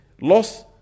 loss